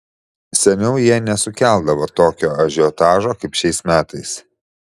seniau jie nesukeldavo tokio ažiotažo kaip šiais metais